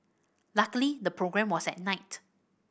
luckily the programme was at night